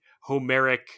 homeric